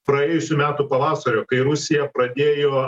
praėjusių metų pavasario kai rusija pradėjo